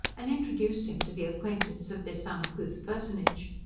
and introduced him to the acquaintance of this uncouth personage.